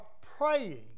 praying